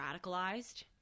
radicalized